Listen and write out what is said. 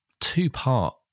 two-part